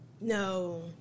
No